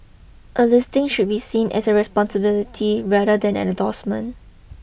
a listing should be seen as a responsibility rather than an endorsement